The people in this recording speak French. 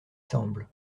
semble